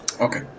Okay